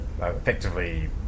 effectively